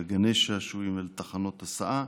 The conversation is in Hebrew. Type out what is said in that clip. לגני שעשועים ולתחנות הסעה.